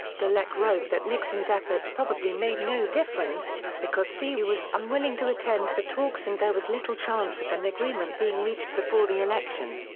dallek wrote that nixon's efforts probably made no difference, because thieu was unwilling to attend the talks and there was little chance of an agreement being reached before the election.